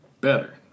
Better